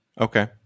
Okay